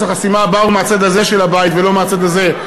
החסימה באו מהצד הזה של הבית ולא מהצד הזה.